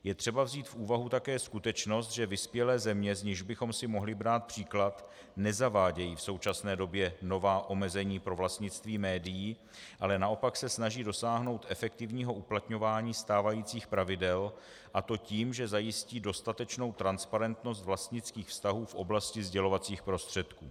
Je třeba vzít v úvahu také skutečnost, že vyspělé země, z nichž bychom si mohli brát příklad, nezavádějí v současné době nová omezení pro vlastnictví médií, ale naopak se snaží dosáhnout efektivního uplatňování stávajících pravidel, a to tím, že zajistí dostatečnou transparentnost vlastnických vztahů v oblasti sdělovacích prostředků.